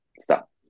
Stop